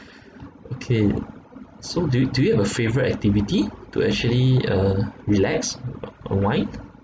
okay so do do you have a favourite activity to actually uh relax unwind